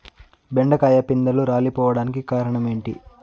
బెండకాయ పిందెలు రాలిపోవడానికి కారణం ఏంటి?